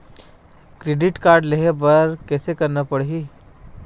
Credit card लेहे बर कैसे करना पड़ही?